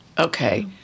Okay